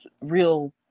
real